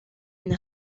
une